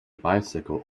bicycle